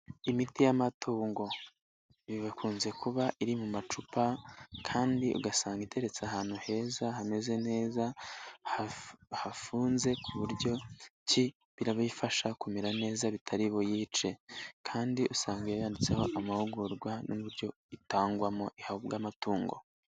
Imiti y'amatungo, ibi bikunze kuba iri mu macupa kandi ugasanga iteretse ahantu heza hameze neza hafunze ku buryo birayifasha kumera neza bitari buyice kandi usanga yanditseho amahugurwa n'uburyo itangwamo ihabwa amatungo.